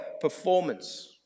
performance